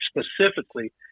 specifically